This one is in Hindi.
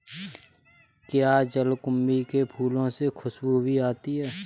क्या जलकुंभी के फूलों से खुशबू भी आती है